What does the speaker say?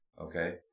Okay